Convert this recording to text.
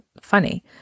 funny